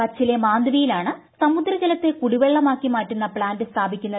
കച്ചിലെ മാന്ദ്വിയിലാണ് സമുദ്രജലത്തെ കുടിവെള്ളമാക്കി മാറ്റുന്ന പ്ലാന്റ് സ്ഥാപിക്കുന്നത്